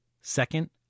Second